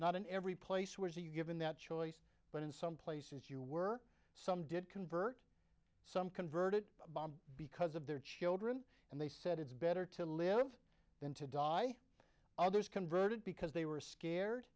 not in every place were you given that choice but in some places you were some did convert some converted bomb because of their children and they said it's better to live than to die others converted because they were scared